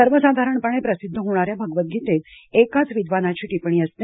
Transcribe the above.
सर्वसाधारणपणे प्रसिद्ध होणाऱ्या भगवद् गीतेत एकाच विद्वानाची टिपण्णी असते